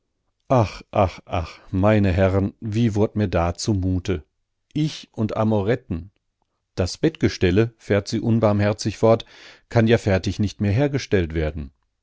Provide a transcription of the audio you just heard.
ach meine herren wie wurd mir da zumute ich und amoretten das bettgestelle fährt sie unbarmherzig fort kann ja fertig nicht mehr hergestellt werden